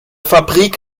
fabrik